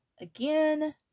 Again